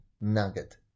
Nugget